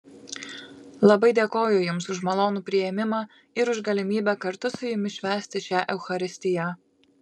labai dėkoju jums už malonų priėmimą ir už galimybę kartu su jumis švęsti šią eucharistiją